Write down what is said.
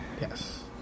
Yes